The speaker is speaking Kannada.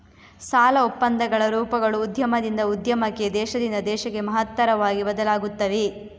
ಸಾಲ ಒಪ್ಪಂದಗಳ ರೂಪಗಳು ಉದ್ಯಮದಿಂದ ಉದ್ಯಮಕ್ಕೆ, ದೇಶದಿಂದ ದೇಶಕ್ಕೆ ಮಹತ್ತರವಾಗಿ ಬದಲಾಗುತ್ತವೆ